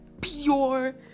pure